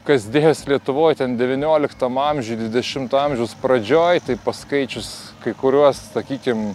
kas dėjosi lietuvoj ten devynioliktam amžiuj dvidešimto amžiaus pradžioj tai paskaičius kai kuriuos sakykim